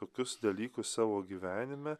tokius dalykus savo gyvenime